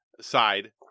side